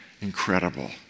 Incredible